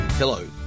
Hello